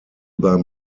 beim